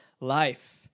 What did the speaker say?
life